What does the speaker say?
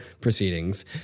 proceedings